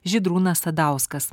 žydrūnas sadauskas